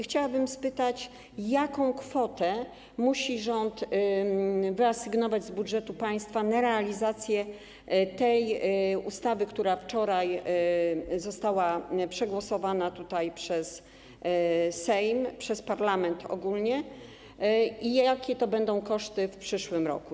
Chciałabym spytać, jaką kwotę rząd musi wyasygnować z budżetu państwa na realizację ustawy, która wczoraj została przegłosowana przez Sejm, przez parlament ogólnie, i jakie to będą koszty w przyszłym roku.